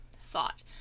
thought